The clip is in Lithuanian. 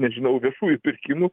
nežinau viešųjų pirkimų